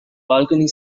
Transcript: balcony